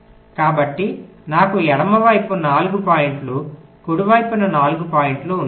కాబట్టి నాకు ఎడమవైపు 4 పాయింట్లు కుడి వైపున 4 పాయింట్లు ఉన్నాయి